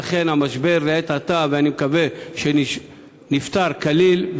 ואכן המשבר, לעת עתה, אני מקווה שנפתר כליל.